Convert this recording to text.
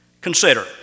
Consider